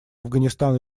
афганистан